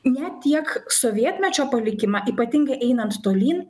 ne tiek sovietmečio palikimą ypatingai einant tolyn